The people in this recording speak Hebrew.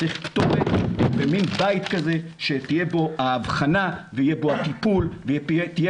צריך כתובת ומין בית כזה שתהיה בו האבחנה ויהיה בו הטיפול ויהיה